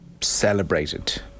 celebrated